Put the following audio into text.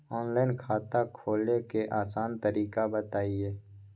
Online खाता खोले के आसान तरीका बताए?